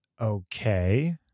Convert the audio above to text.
Okay